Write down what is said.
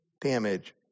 damage